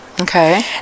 Okay